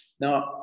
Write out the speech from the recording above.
Now